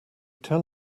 tell